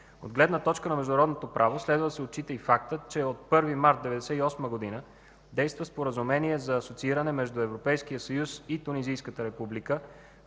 От гледна точка на международното право следва да се отчита и фактът, че от 1 март 1998 г. действа Споразумение за асоцииране между Европейския съюз и Тунизийската република,